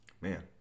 man